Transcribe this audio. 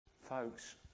Folks